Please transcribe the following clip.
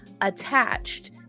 attached